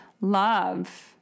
love